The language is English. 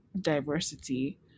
diversity